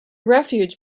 refuge